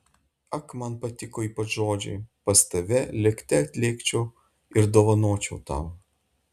ak man patiko ypač žodžiai pas tave lėkte atlėkčiau ir dovanočiau tau